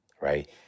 right